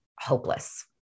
hopeless